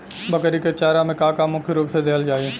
बकरी क चारा में का का मुख्य रूप से देहल जाई?